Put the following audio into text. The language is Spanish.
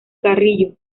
carrillo